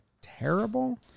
terrible